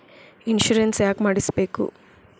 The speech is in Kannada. ಇನ್ಶೂರೆನ್ಸ್ ಯಾಕ್ ಮಾಡಿಸಬೇಕು?